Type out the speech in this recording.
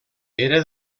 era